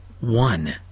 One